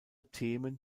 themen